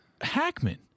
Hackman